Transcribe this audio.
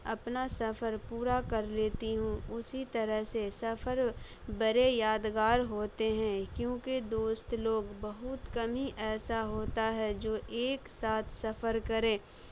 اپنا سفر پورا کر لیتی ہوں اسی طرح سے سفر بڑے یادگار ہوتے ہیں کیونکہ دوست لوگ بہت کم ہی ایسا ہوتا ہے جو ایک ساتھ سفر کریں